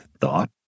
thought